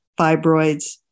fibroids